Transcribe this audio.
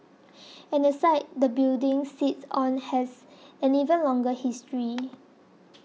and the site the building sits on has an even longer history